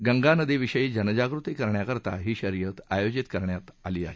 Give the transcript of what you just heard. गंगा नदीविषयी जनजागृती करण्याकरता ही शर्यत आयोजित करण्यात आली आहे